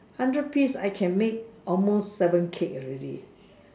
hundred piece I can make almost seven cake already